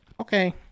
okay